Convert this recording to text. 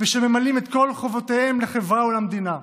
שממלאים את כל חובותיהם לחברה ולמדינה,